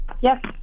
Yes